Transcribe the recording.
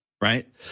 Right